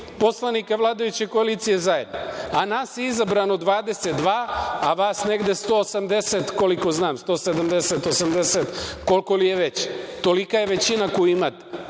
poslanika vladajuće koalicije zajedno, a nas je izabrano 22, a vas negde 180 koliko znam, 170, 180, koliko li je već. Tolika je većina koju imate.